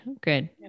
Good